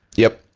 yup,